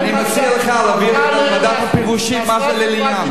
אני מציע לך לשאול את ועדת הפירושים מה זה לעניין.